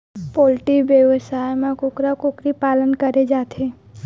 poultry बेवसाय म कुकरा कुकरी पालन करे जाथे